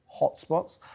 hotspots